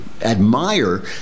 admire